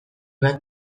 bat